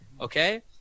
Okay